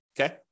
okay